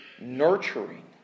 Nurturing